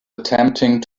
attempting